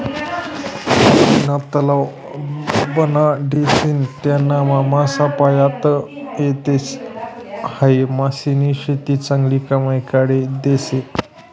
पानीना तलाव बनाडीसन त्यानामा मासा पायता येतस, हायी मासानी शेती चांगली कमाई काढी देस